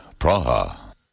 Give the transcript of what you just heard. Praha